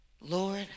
Lord